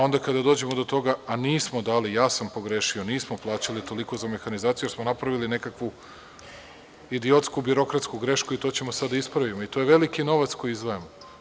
Onda kada dođemo do toga, a nismo dali, ja sa pogrešio, nismo plaćali toliko za mehanizaciju jer smo napravili nekakvu idiotsku birokratsku grešku i to ćemo sada da ispravimo, i to je veliki novac koji izdvajamo.